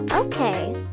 Okay